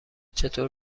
چطور